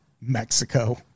Mexico